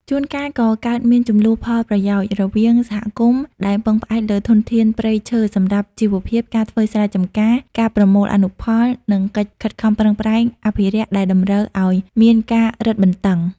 ជួនកាលក៏កើតមាន ជម្លោះផលប្រយោជន៍ រវាងសហគមន៍ដែលពឹងផ្អែកលើធនធានព្រៃឈើសម្រាប់ជីវភាព ការធ្វើស្រែចម្ការ ការប្រមូលអនុផល និងកិច្ចខិតខំប្រឹងប្រែងអភិរក្សដែលតម្រូវឲ្យមានការរឹតបន្តឹង។